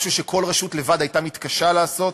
משהו שכל רשות לבד הייתה מתקשה לעשות,